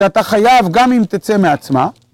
אתה חייב גם אם תצא מעצמה.